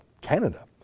Canada